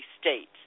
states